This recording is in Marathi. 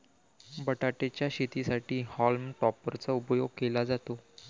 बटाटे च्या शेतीसाठी हॉल्म टॉपर चा उपयोग केला जातो